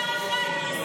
שר אחד.